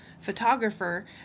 photographer